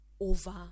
over